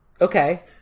Okay